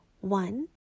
one